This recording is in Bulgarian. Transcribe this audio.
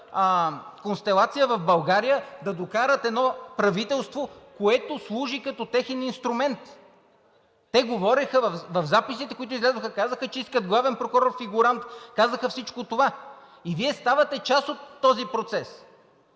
констелация в България, да докарат едно правителство, което служи като техен инструмент. В записите, които излязоха, казаха, че искат главен прокурор фигурант, казаха всичко това, и Вие ставате част от този процес,